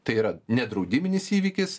tai yra nedraudiminis įvykis